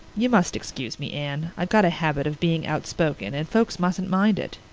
you must excuse me, anne. i've got a habit of being outspoken and folks mustn't mind it.